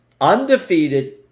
undefeated